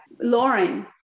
Lauren